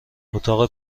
اتاق